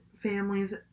families